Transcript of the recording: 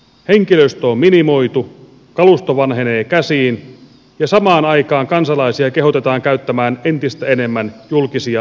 henkilöstö on minimoitu kalusto vanhenee käsiin ja samaan aikaan kansalaisia kehotetaan käyttämään entistä enemmän julkisia liikennevälineitä